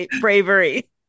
bravery